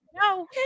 no